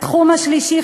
התחום השלישי,